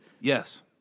Yes